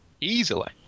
easily